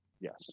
Yes